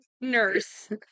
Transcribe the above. nurse